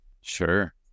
Sure